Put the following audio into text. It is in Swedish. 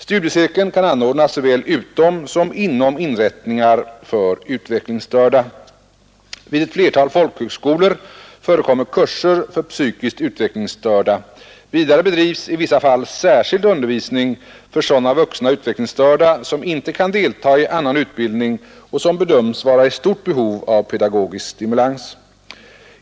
Studiecirkel kan anordnas såväl utom som inom inrättningar för utvecklingsstörda. Vid ett flertal folkhögskolor förekommer kurser för psykiskt utvecklingsstörda. Vidare bedrivs i vissa fall särskild undervisning för sådana vuxna utvecklingsstörda som inte kan delta i annan utbildning och som bedöms vara i stort behov av pedagogisk stimulans.